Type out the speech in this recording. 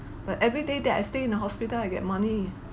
but everyday that I stay in the hospital I get money